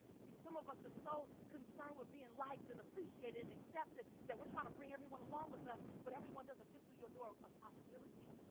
see, some of us are so concerned with being liked, and appreciated, and accepted that we're trying to bring everyone along with us, but everyone doesn't fit through your door of possibility.